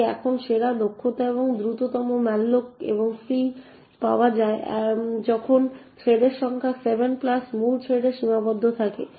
তাই এখন সেরা দক্ষতা এবং দ্রুততম ম্যালোক এবং ফ্রি পাওয়া যায় যখন থ্রেডের সংখ্যা 7 প্লাস মূল থ্রেডে সীমাবদ্ধ থাকে